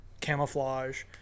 camouflage